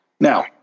Now